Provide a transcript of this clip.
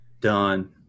Done